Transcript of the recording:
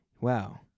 Wow